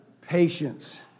patience